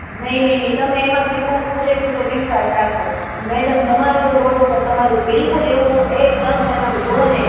નહીં નહીં નહીં તમે એમાં વિશ્વાસ પૂરેપૂરો વિશ્વાસ રાખો મેડમ તમારો રોળ ઉપર તમારું બિલકુલ એવું એકદમ તમે આમ જુઓ ને